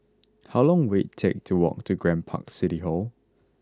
how long will it take to walk to Grand Park City Hall